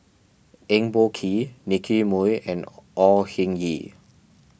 Eng Boh Kee Nicky Moey and Au Hing Yee